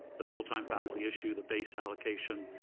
the full time faculty issue, the base allocation.